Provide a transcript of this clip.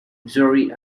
missouri